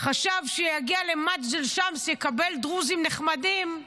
הוא חשב שיגיע למג'דל שמס, יקבל דרוזים נחמדים.